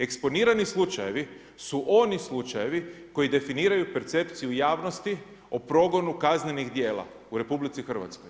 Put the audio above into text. Eksponirani slučajevi su oni slučajevi koji definiraju percepciju javnosti o progonu kaznenih djela u RH.